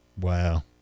wow